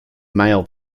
male